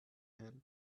help